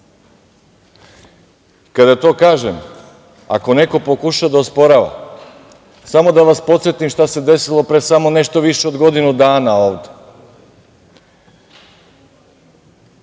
to kažem, ako neko pokuša da osporava, samo da vas podsetim šta se desilo pre nešto više od godinu dana ovde.